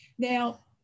Now